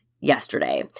yesterday